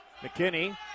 McKinney